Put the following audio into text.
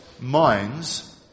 minds